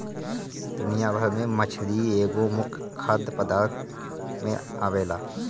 दुनिया भर में मछरी एगो मुख्य खाद्य पदार्थ में आवेला